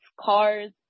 cars